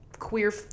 Queer